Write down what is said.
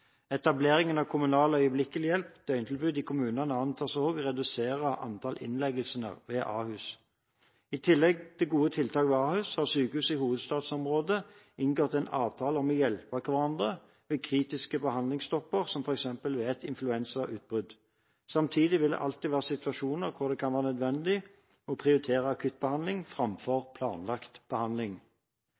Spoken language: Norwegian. Etableringen av kommunalt øyeblikkelig hjelp døgntilbud i kommunene antas også å redusere antall innleggelser ved Ahus. I tillegg til gode tiltak ved Ahus har sykehusene i hovedstadsområdet inngått en avtale om å hjelpe hverandre ved kritiske behandlingstopper, som f.eks. ved et influensautbrudd. Samtidig vil det alltid være situasjoner hvor det kan være nødvendig å prioritere akuttbehandling framfor planlagt behandling.